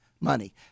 money